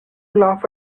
laugh